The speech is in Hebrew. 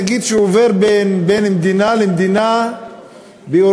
נגיד שהוא עובר בין מדינה למדינה באירופה,